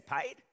paid